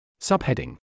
Subheading